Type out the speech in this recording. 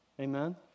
Amen